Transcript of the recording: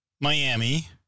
Miami